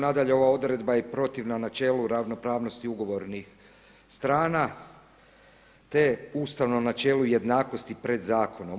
Nadalje ova odredba je protivna načelu ravnopravnosti ugovornih strana te ustavnom načelu jednakosti pred zakonom.